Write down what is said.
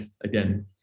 again